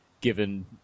given